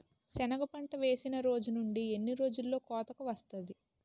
సెనగ పంట వేసిన రోజు నుండి ఎన్ని రోజుల్లో కోతకు వస్తాది?